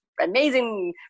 amazing